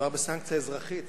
מדובר בסנקציה אזרחית,